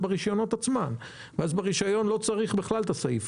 ברגע שאתה שוכר מספר אתה מקבל את המונה עם המספר,